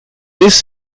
this